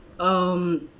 um